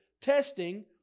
testing